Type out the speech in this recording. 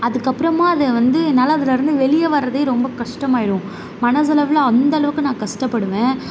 அதுக்கப்புறமா அதை வந்து என்னால் அதிலருந்து வெளியவரதே ரொம்ப கஷ்டமாகிரும் மனசளவில் அந்தளவுக்கு நான் கஷ்டப்படுவேன்